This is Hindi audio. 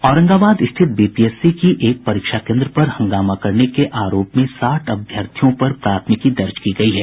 औरंगाबाद स्थित बीपीएससी की एक परीक्षा केन्द्र पर हंगामा करने के आरोप में साठ अभ्यर्थियों पर प्राथमिकी दर्ज की गयी है